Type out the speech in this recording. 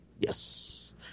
Yes